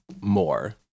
more